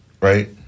right